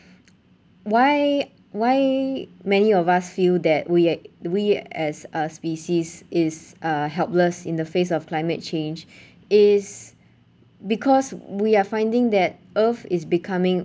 why why many of us feel that we a~ we as a species is uh helpless in the face of climate change is because we are finding that earth is becoming